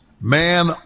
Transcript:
man